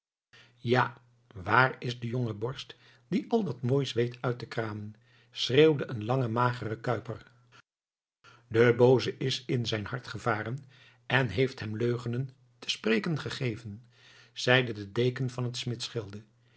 ja waar is de jonge borst die al dat moois weet uit te kramen schreeuwde een lange magere kuiper de booze is in zijn harte gevaren en heeft hem leugenen te spreken gegeven zeide de deken van het